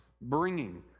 bringing